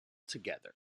together